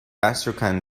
astrakhan